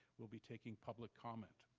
we'll be taking public comment.